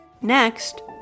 Next